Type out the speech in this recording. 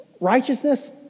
righteousness